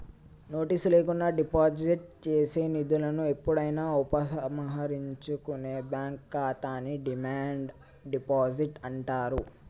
notice లేకుండా deposit చేసిన నిధులను ఎప్పుడైనా ఉపసంహరించుకునే బ్యాంక్ ఖాతాని డిమాండ్ డిపాజిట్ అంటారు